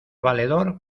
valedor